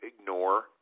ignore